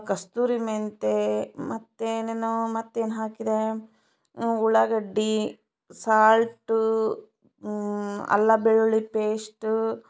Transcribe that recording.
ಕಸ್ತೂರಿ ಮೆಂತ್ಯೆ ಮತ್ತೇನೇನೊ ಮತ್ತೇನು ಹಾಕಿದೆ ಉಳ್ಳಾಗಡ್ಡಿ ಸಾಲ್ಟು ಅಲ್ಲ ಬೆಳ್ಳುಳ್ಳಿ ಪೇಸ್ಟು